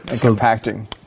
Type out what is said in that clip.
compacting